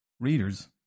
Readers